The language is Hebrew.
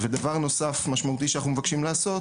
ודבר נוסף משמעותי שאנחנו מבקשים לעשות